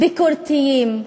ביקורתיים,